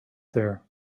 there